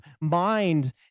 mind